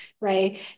right